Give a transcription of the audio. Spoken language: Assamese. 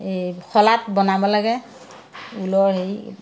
এই শলাত বনাব লাগে ঊলৰ হেৰি